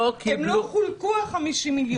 הם לא חולקו, ה-50 מיליון.